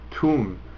tune